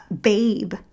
babe